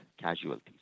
casualties